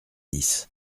dix